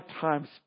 times